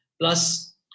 Plus